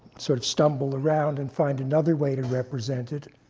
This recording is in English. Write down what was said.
sort of stumble around and find another way to represent it.